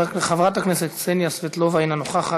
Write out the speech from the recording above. חברת הכנסת קסניה סבטלובה, אינה נוכחת,